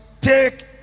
take